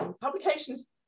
publications